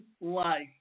life